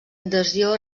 adhesió